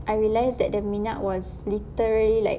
I realised that the minyak was literally like